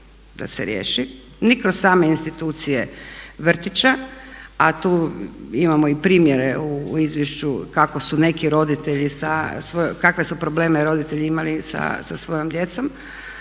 da se riješi ni kroz same institucije vrtića a tu imamo i primjere u izvješću kakve su probleme roditelji imali sa svojom djecom,